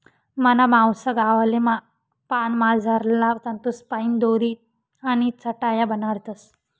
मना मावसा गावले पान मझारला तंतूसपाईन दोरी आणि चटाया बनाडतस